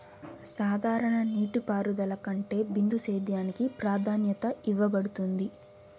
సాధారణ నీటిపారుదల కంటే బిందు సేద్యానికి ప్రాధాన్యత ఇవ్వబడుతుంది